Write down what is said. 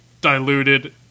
diluted